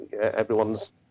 everyone's